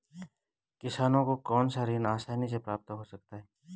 किसानों को कौनसा ऋण आसानी से प्राप्त हो सकता है?